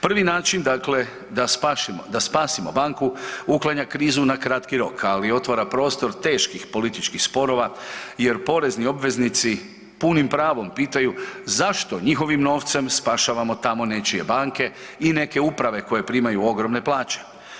Prvi način dakle, da spasimo banku uklanja krizu na kratki rok, ali otvara prostor teških političkih sporova jer porezni obveznici punim pravom pitaju zašto njihovim novcem spašavamo tamo nečije banke i neke uprave koje primaju ogromne plaće.